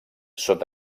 sota